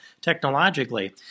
technologically